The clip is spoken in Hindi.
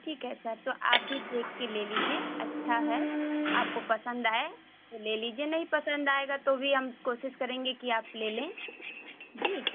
ठीक है सर तो आप भी देख के ले लीजिए अच्छा है आपको आपको पसंद आए तो ले लीजिए नहीं पसंद आएगा तो भी हम कोशिश करेंगे कि आप ले लें जी